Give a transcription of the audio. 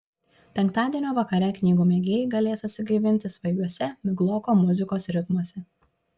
penktadienio vakare knygų mėgėjai galės atsigaivinti svaigiuose migloko muzikos ritmuose